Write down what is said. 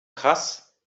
krass